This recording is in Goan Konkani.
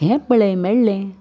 हें पळय मेळ्ळें